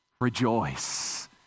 rejoice